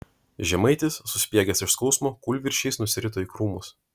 žemaitis suspiegęs iš skausmo kūlvirsčiais nusirito į krūmus